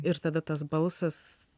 ir tada tas balsas